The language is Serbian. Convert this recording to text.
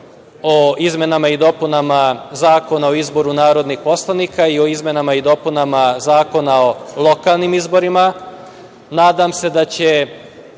o izmenama i dopunama Zakona o izboru narodnih poslanika i o izmenama i dopunama Zakona o lokalnim izborima. Nadam se da će